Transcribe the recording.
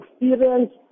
experience